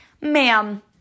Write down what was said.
Ma'am